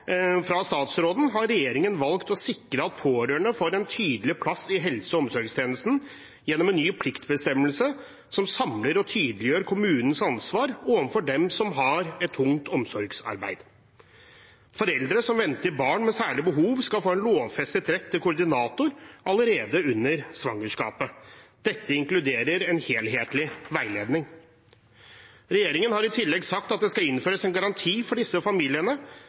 statsråden, har regjeringen valgt å sikre at pårørende får en tydelig plass i helse- og omsorgstjenesten gjennom en ny pliktbestemmelse som samler og tydeliggjør kommunens ansvar overfor dem som har et tungt omsorgsarbeid. Foreldre som venter barn med særlige behov, skal få en lovfestet rett til koordinator allerede under svangerskapet. Dette inkluderer en helhetlig veiledning. Regjeringen har i tillegg sagt at det skal innføres en garanti for disse familiene,